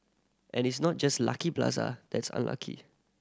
and it's not just Lucky Plaza that's unlucky